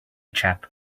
chap